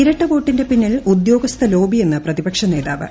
ഇരട്ട വോട്ടിന്റെ പിന്നിൽ ഉദ്യോഗസ്ഥ ലോബിയെന്ന് പ്രതിപ്പ്ക്ഷ നേതാവ്